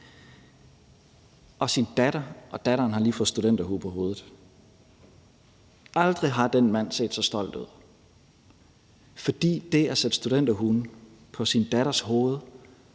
og sin datter og datteren lige har fået studenterhue på hovedet. Aldrig har den mand set så stolt ud, for det at sætte studenterhuen på sin datters hoved